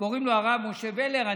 קוראים לו הרב משה ולר.